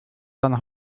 seine